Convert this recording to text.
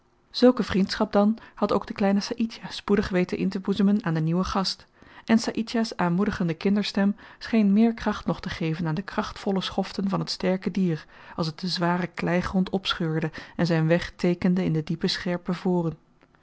zulke vriendschap dan had ook de kleine saïdjah spoedig weten inteboezemen aan den nieuwen gast en saïdjah's aanmoedigende kinderstem scheen meer kracht nog te geven aan de krachtvolle schoften van t sterke dier als het den zwaren kleigrond opscheurde en zyn weg teekende in diepe scherpe voren